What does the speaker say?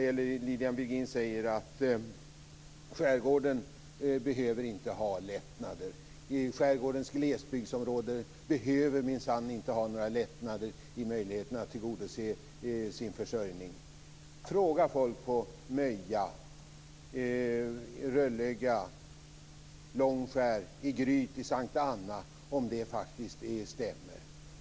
Lilian Virgin säger att skärgården inte behöver lättnader, att skärgårdens glesbygdsområden minsann inte behöver några lättnader i möjligheterna att tillgodose sin försörjning. Fråga folk på Möja, Rödlöga, Långskär, i Gryt och S:t Anna om detta stämmer!